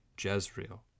Jezreel